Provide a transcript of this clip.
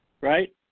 right